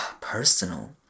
personal